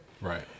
Right